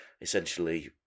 essentially